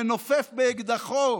מנופף באקדחו,